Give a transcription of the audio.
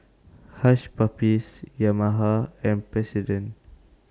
Hush Puppies Yamaha and President